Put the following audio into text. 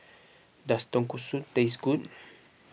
does Tonkatsu taste good